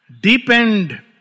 deepened